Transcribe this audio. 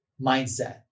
mindset